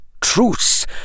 truce